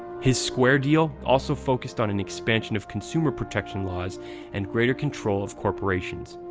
his square deal also focused on an expansion of consumer protection laws and greater control of corporations.